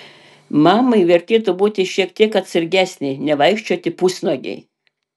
mamai vertėtų būti šiek tiek atsargesnei nevaikščioti pusnuogei